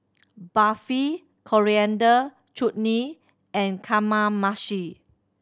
Barfi Coriander Chutney and Kamameshi